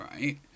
right